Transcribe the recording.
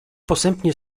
posępnie